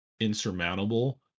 insurmountable